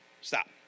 Stop